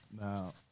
Now